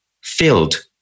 filled